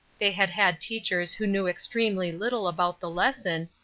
they had had teachers who knew extremely little about the lesson,